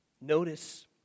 Notice